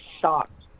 shocked